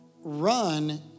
run